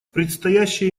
предстоящие